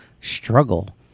struggle